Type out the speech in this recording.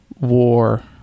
war